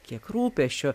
kiek rūpesčio